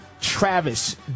Travis